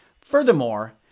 Furthermore